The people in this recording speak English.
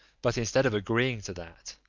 but instead of agreeing to that,